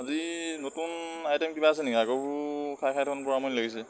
আজি নতুন আইটেম কিবা আছে নেকি আগৰবোৰ খাই খাই দেখোন বৰ আমনি লাগিছে